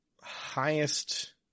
highest